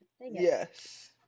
Yes